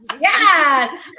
Yes